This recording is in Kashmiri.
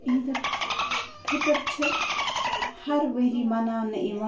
عیٖدُ الفِطر چھِ ہر ؤرۍ یہِ مناونہٕ یِوان